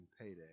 payday